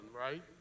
right